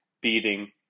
beating